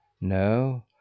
No